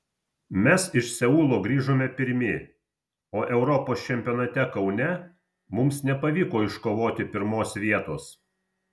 mes iš seulo grįžome pirmi o europos čempionate kaune mums nepavyko iškovoti pirmos vietos